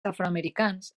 afroamericans